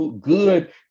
good